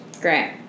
Great